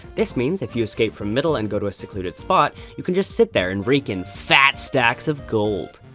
this means, if you escape from middle and go to a secluded spot, you can just sit there and rake in phat stacks of gold.